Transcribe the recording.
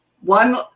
One